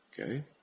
Okay